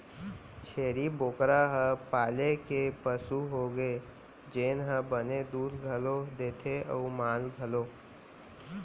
छेरी बोकरा ह पाले के पसु होगे जेन ह बने दूद घलौ देथे अउ मांस घलौक